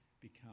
become